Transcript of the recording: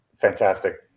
fantastic